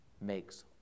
makes